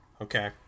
okay